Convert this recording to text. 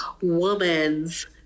woman's